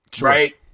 right